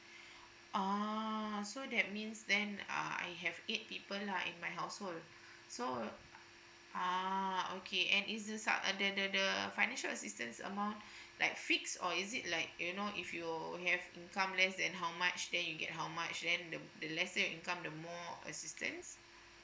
oh so that means then uh I have eight people lah in my household so oh okay and is this uh the the the financial assistance amount like fixed or is it like you know if you have income less and then the lesser income the more assistance